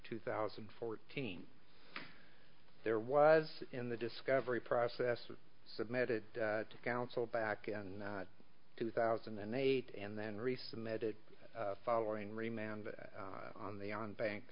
two thousand and fourteen there was in the discovery process submitted to counsel back in two thousand and eight and then resubmitted following remand on the on bank